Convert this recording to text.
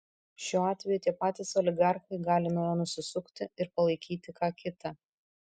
šiuo atveju tie patys oligarchai gali nuo jo nusisukti ir palaikyti ką kitą